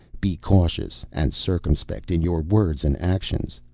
be cautious and circumspect in your words and actions.